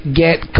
Get